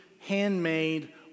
Handmade